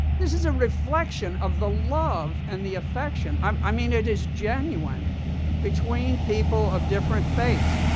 this is a reflection of the love and the affection, um i mean it is genuine between people of different faiths.